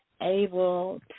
able